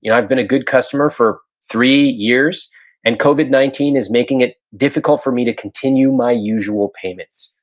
you know i've been a good customer for three years and covid nineteen is making it difficult for me to continue my usual payments.